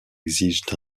exigent